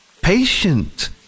Patient